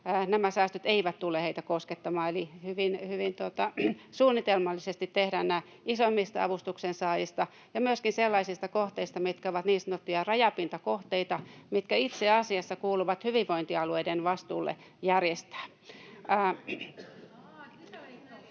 nämä säästöt eivät tule koskettamaan, eli hyvin suunnitelmallisesti tehdään nämä isoimmista avustuksen saajista ja myöskin sellaisista kohteista, mitkä ovat niin sanottuja rajapintakohteita, mitkä itse asiassa kuuluvat hyvinvointialueiden vastuulle järjestää.